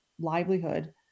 livelihood